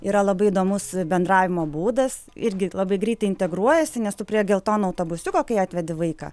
yra labai įdomus bendravimo būdas irgi labai greitai integruojasi nes tu prie geltono autobusiuko kai atvedi vaiką